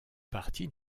partie